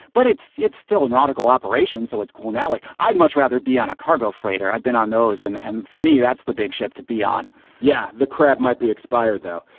but it's it's still a nautical operation. so it's cool. gnarly. i'd much rather be on a cargo freighter. i've been on those. and and for me, that's the big ship to be on yeah. the crab might be expired, though.